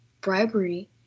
bribery